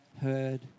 heard